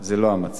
זה לא המצב.